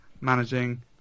managing